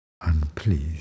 unpleased